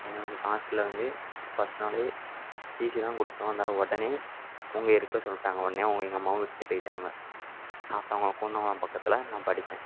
என்னை வந்து ஹாஸ்டலில் வந்து ஃபஸ்ட் நாளே டீசி தான் கொடுத்தோம் இருந்தாலும் உடனே அவங்க இருக்க சொல்லிவிட்டாங்க உடனே அவங்க எங்கள் அம்மாவும் விட்டு போய்விட்டாங்க சாத்தாங்குளம் கூந்தங்குளம் பக்கத்தில் நான் படித்தேன்